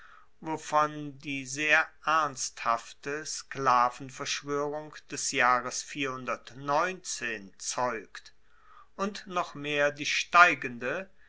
wovon die sehr ernsthafte sklavenverschwoerung des jahres zeugt und noch mehr die steigende